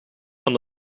van